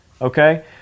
okay